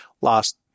Lost